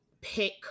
pick